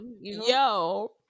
Yo